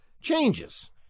changes